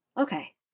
okay